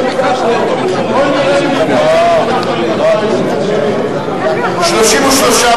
אנחנו עוברים לקבוצת קדימה, בהצבעה אלקטרונית.